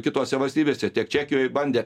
kitose valstybėse tiek čekijoj bandė